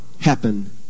happen